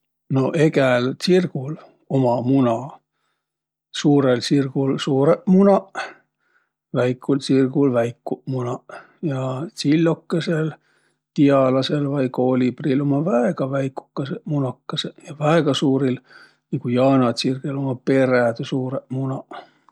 No egäl tsirgul uma muna. Suurõl tsirgul suurõq munaq, väikul tsirgul väikuq munaq. Ja tsill'okõsõl tialasõl vai koolibril ummaq väega väikukõsõq munakõsõq. Ja väega suuril, nigu jaanatsirgõl, ummaq perädüsuurõq munaq.